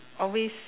always